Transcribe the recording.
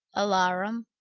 alarum.